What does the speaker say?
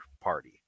party